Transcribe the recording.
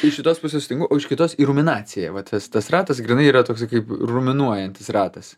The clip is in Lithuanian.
iš šitos pusės sutinku o iš kitos ruminacija va tas tas ratas grynai yra toksai kaip ruminuojantis ratas